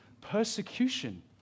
persecution